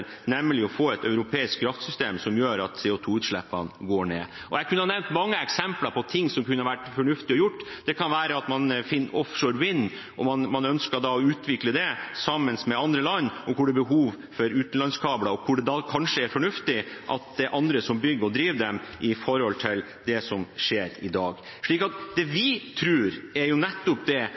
nemlig å få et europeisk kraftsystem som gjør at CO 2 -utslippene går ned. Jeg kunne nevnt mange eksempler på ting som kunne vært fornuftig å gjøre. Det kan være at man innen offshorevind også ønsker utvikling sammen med andre land, hvor det er behov for utenlandskabler, og hvor det kanskje er fornuftig at det er andre som bygger ut og driver dem, i forhold til det som skjer i dag. Det vi tror, er at nettopp